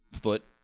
Foot